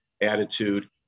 attitude